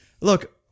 Look